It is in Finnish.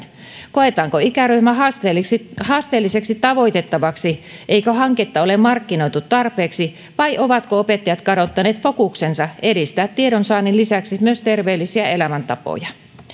koetaanko ikäryhmä haasteellisesti haasteellisesti tavoitettavaksi eikö hanketta ole markkinoitu tarpeeksi vai ovatko opettajat kadottaneet fokuksensa edistää tiedonsaannin lisäksi myös terveellisiä elämäntapoja